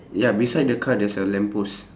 ya beside the car there's a lamp post